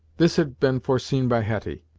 this had been foreseen by hetty,